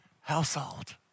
household